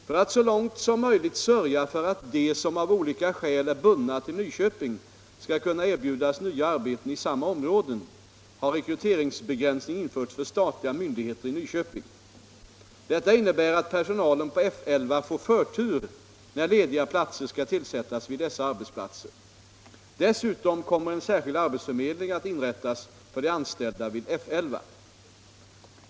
För att så långt som möjligt sörja för att de som av olika skäl är bundna till Nyköping skall kunna erbjudas nya arbeten i samma område har rekryteringsbegränsning införts för statliga myndigheter i Nyköping. Detta innebär att personalen på F 11 får förtur när lediga platser skall tillsättas vid dessa arbetsplatser. Dessutom kommer en särskild arbetsförmedling att inrättas för de anställda vid F 11.